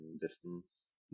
distance